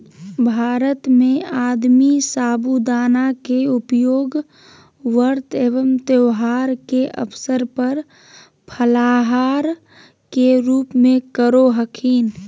भारत में आदमी साबूदाना के उपयोग व्रत एवं त्यौहार के अवसर पर फलाहार के रूप में करो हखिन